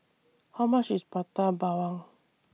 How much IS Prata Bawang